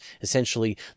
essentially